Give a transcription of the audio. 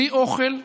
בלי אוכל.